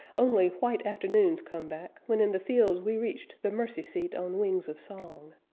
only white afternoons come back, when in the fields we reached the mercy seat on wings of song.